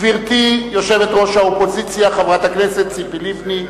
גברתי יושבת-ראש האופוזיציה חברת הכנסת ציפי לבני,